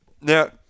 Now